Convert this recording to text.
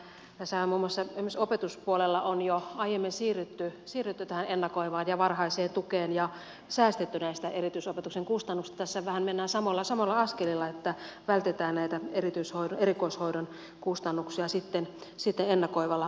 tässähän muun muassa esimerkiksi opetuspuolella on jo aiemmin siirrytty tähän ennakoivaan ja varhaiseen tukeen ja säästetty erityisopetuksen kustannuksista ja tässä vähän mennään samoilla askelilla että vältetään näitä erikoishoidon kustannuksia ennakoivalla puuttumisella